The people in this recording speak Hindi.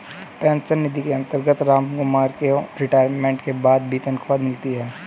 पेंशन निधि के अंतर्गत रामकुमार को रिटायरमेंट के बाद भी तनख्वाह मिलती